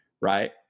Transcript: right